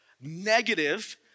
negative